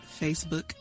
Facebook